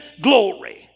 glory